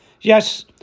Yes